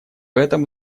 этом